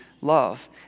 love